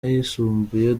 n’ayisumbuye